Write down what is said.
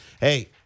Hey